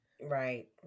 Right